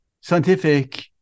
scientific